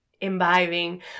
imbibing